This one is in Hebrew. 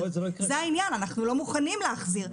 זה העניין, אנחנו לא מוכנים להחזיר.